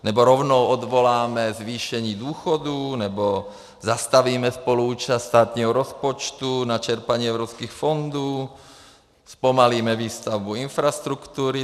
Nebo rovnou odvoláme zvýšení důchodů, nebo zastavíme spoluúčast státního rozpočtu na čerpání evropských fondů, zpomalíme výstavbu infrastruktury?